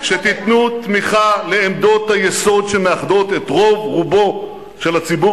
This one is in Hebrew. שתיתנו תמיכה לעמדות היסוד שמאחדות את רוב רובו של הציבור